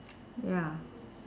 ya